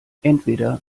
entweder